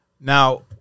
Now